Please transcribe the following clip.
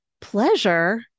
Pleasure